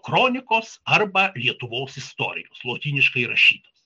kronikos arba lietuvos istorijos lotyniškai rašytos